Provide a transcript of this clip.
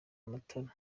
amatara